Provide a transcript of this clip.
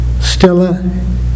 Stella